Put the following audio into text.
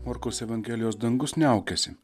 morkaus evangelijos dangus niaukiasi